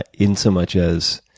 ah insomuch as,